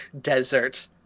desert